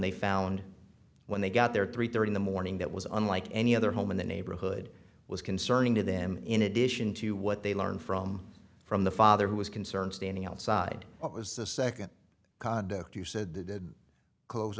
they found when they got there three thirty in the morning that was unlike any other home in the neighborhood was concerning to them in addition to what they learned from from the father who was concerned standing outside what was the second conduct you said they did close